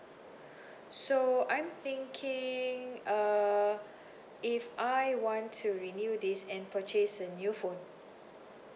so I'm thinking uh if I want to renew this and purchase a new phone